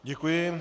Děkuji.